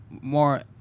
more